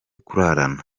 kurarana